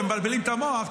ואתם מבלבלים את המוח,